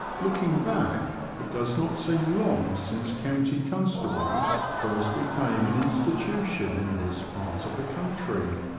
looking back it does not seem long since county constables first became an insti tution in this part of the country.